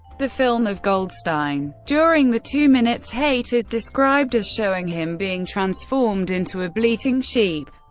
the film of goldstein during the two minutes hate is described as showing him being transformed into a bleating sheep.